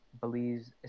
believes